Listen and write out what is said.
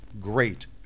great